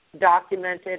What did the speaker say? documented